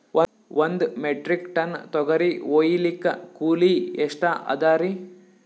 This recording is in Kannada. ಒಂದ್ ಮೆಟ್ರಿಕ್ ಟನ್ ತೊಗರಿ ಹೋಯಿಲಿಕ್ಕ ಕೂಲಿ ಎಷ್ಟ ಅದರೀ?